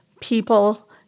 people